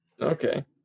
Okay